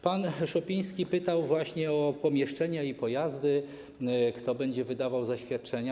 Pan Szopiński pytał właśnie o pomieszczenia i pojazdy, pytał, kto będzie wydawał zaświadczenia.